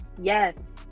yes